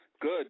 Good